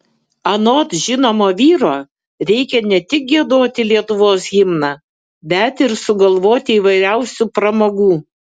anot žinomo vyro reikia ne tik giedoti lietuvos himną bet ir sugalvoti įvairiausių pramogų